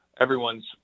everyone's